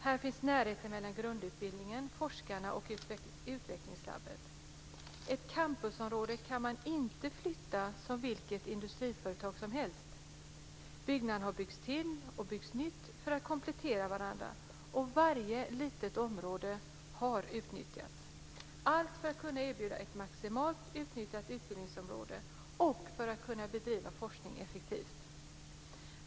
Där finns närhet mellan grundutbildningen, forskarna och utvecklingslaboratoriet. Ett campusområde kan man inte flytta som vilket industriföretag som helst. Byggnader har byggts till och det har byggts nytt för att byggnaderna ska komplettera varandra, och varje litet område har utnyttjats, allt för att man ska kunna erbjuda ett maximalt utnyttjat utbildningsområde och för att man ska kunna bedriva forskning effektivt.